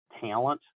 talent